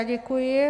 Děkuji.